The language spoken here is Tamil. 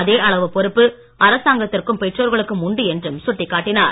அதே அளவு பொறுப்பு அரசாங்கத்திற்கும் பெற்றோர்களுக்கும் உண்டு என்றும் சுட்டிக்காட்டினார்